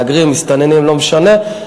מהגרים, מסתננים, לא משנה,